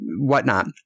whatnot